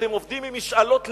אתם עובדים עם משאלות לב.